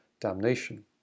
damnation